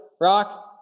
rock